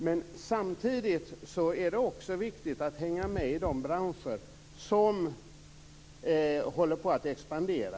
Men samtidigt är det också viktigt att hänga med i de branscher som håller på att expandera